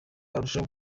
arushaho